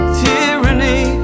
tyranny